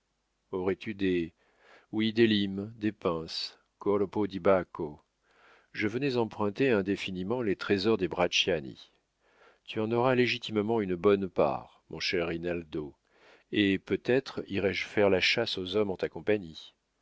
aurais-tu des oui des limes des pinces corpo di bacco je venais emprunter indéfiniment les trésors des bracciani tu en auras légitimement une bonne part mon cher rinaldo et peut-être irai-je faire la chasse aux hommes en ta compagnie